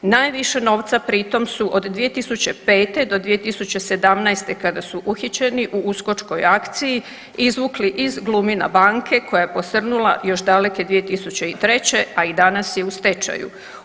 Najviše novca pritom su od 2005. do 2017. kada su uhićeni u uskočkoj akciji izvukli iz Glumina banke koja je posrnula još daleke 2003., a i danas je u stečaju.